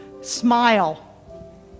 Smile